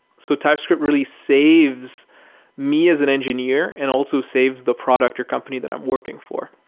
so typescript really saves me as an engineer and also saves the product or company that i'm working for.